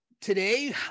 today